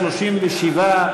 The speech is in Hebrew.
37,